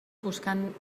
buscant